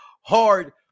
hard